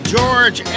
George